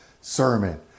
sermon